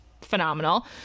phenomenal